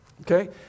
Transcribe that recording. Okay